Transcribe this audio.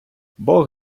бог